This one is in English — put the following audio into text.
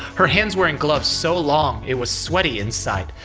her hands were in gloves so long, it was sweaty inside.